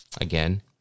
again